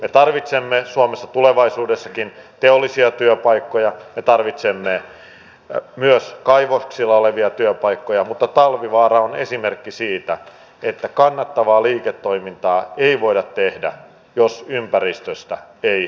me tarvitsemme suomessa tulevaisuudessakin teollisia työpaikkoja ja tarvitsemme myös kaivoksilla olevia työpaikkoja mutta talvivaara on esimerkki siitä että kannattavaa liiketoimintaa ei voida tehdä jos ympäristöstä ei huolehdita